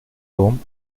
том